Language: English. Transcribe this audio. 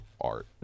art